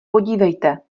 podívejte